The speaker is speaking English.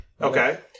Okay